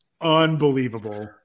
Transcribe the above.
unbelievable